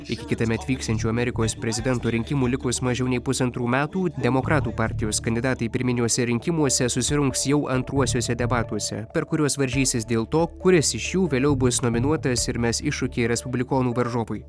iki kitąmet vyksiančių amerikos prezidento rinkimų likus mažiau nei pusantrų metų demokratų partijos kandidatai pirminiuose rinkimuose susirungs jau antruosiuose debatuose per kuriuos varžysis dėl to kuris iš jų vėliau bus nominuotas ir mes iššūkį respublikonų varžovui